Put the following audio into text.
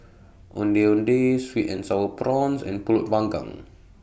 Ondeh Sweet and Sour Prawns and Pulut Panggang